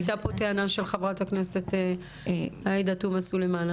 הייתה פה טענה של ח"כ עאידה תומא סלימאן,